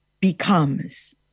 becomes